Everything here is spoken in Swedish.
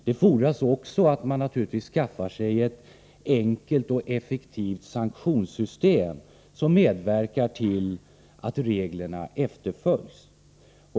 Det fodras naturligtvis också att man skaffar sig ett enkelt och effektivt sanktionssystem som medverkar till att reglerna efterföljs.